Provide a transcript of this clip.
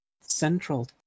central